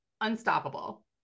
unstoppable